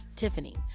tiffany